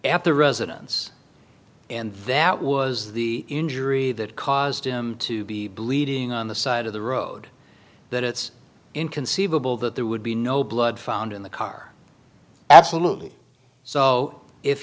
the residence and that was the injury that caused him to be bleeding on the side of the road that it's inconceivable that there would be no blood found in the car absolutely so if